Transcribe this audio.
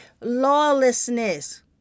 lawlessness